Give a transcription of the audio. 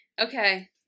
Okay